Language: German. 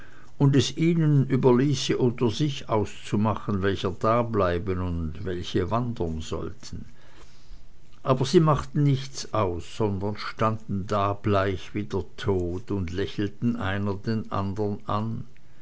und es ihnen überließe unter sich auszumachen welcher dableiben und welche wandern sollten aber sie machten nichts aus sondern standen da bleich wie der tod und lächelten einer den andern an